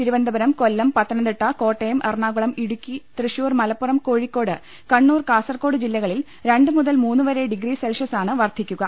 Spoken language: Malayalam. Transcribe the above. തിരുവ നന്തപുരം കൊല്ലം പത്തനംതിട്ട കോട്ടയം എറണാകുളം ഇടു ക്കി തൃശൂർ മലപ്പുറം കോഴിക്കോട് കണ്ണൂർ കാസർകോട് ജില്ലക ളിൽ രണ്ടുമുതൽ മൂന്നു വരെ ഡിഗ്രി സെൽഷ്യസാണ് വർധിക്കു ക